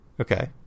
Okay